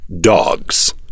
Dogs